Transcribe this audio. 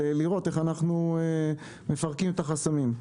ולראות איך אנחנו מפרקים את החסמים.